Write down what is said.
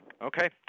Okay